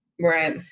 Right